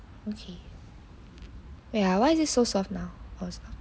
okay wait ah why is it so soft now